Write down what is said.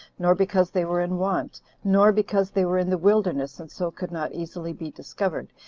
nor because they were in want, nor because they were in the wilderness, and so could not easily be discovered,